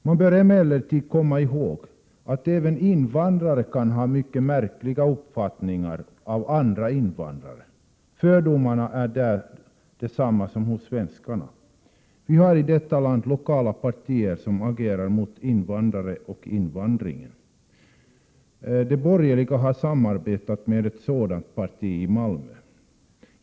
Vi bör emellertid komma ihåg att även invandrare kan ha mycket märkliga uppfattningar om andra invandrare. Fördomarna är desamma som hos svenskarna. I detta land finns lokala partier som agerar mot invandrare och invandringen. I Malmö har de borgerliga samarbetat med ett sådant parti.